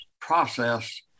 process